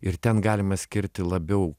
ir ten galime skirti labiau